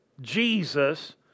Jesus